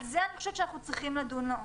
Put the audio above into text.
על זה אני חושבת שאנחנו צריכים לדון לעומק.